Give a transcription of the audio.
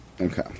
Okay